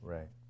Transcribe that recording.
Right